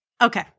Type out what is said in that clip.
Okay